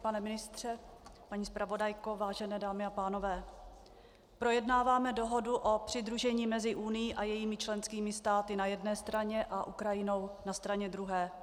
Pane ministře, paní zpravodajko, vážené dámy a pánové, projednáváme dohodu o přidružení mezi Unií a jejími členskými státy na jedné straně a Ukrajinou na straně druhé.